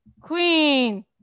Queen